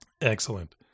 Excellent